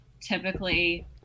typically